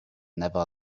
never